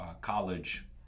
college